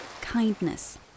kindness